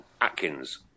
Atkins